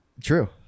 True